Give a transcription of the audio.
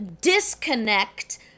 disconnect